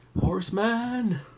Horseman